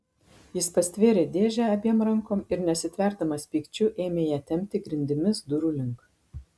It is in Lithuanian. jis pastvėrė dėžę abiem rankom ir nesitverdamas pykčiu ėmė ją tempti grindimis durų link